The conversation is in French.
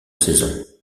saisons